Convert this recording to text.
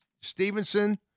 Stevenson